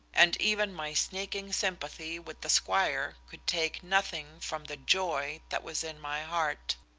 and even my sneaking sympathy with the squire could take nothing from the joy that was in my heart.